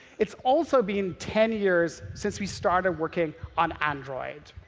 it's also been ten years since we started working on android.